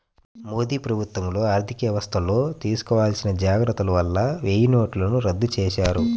మోదీ ప్రభుత్వంలో ఆర్ధికవ్యవస్థల్లో తీసుకోవాల్సిన జాగర్తల వల్ల వెయ్యినోట్లను రద్దు చేశారు